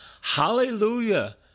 Hallelujah